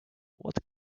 what